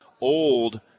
old